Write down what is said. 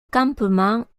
campements